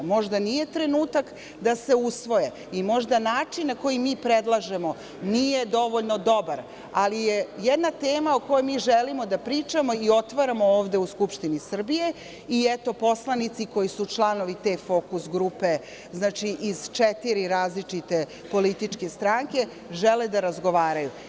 Možda nije trenutak da se usvoje i možda način na koji mi predlažemo nije dovoljno dobar, ali je jedna tema o kojoj mi želimo da pričamo i otvaram ovde u Skupštini Srbije i eto poslanici koji su članovi te Fokus grupe, znači, iz četiri različite političke stranke, žele da razgovaraju.